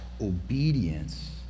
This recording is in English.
obedience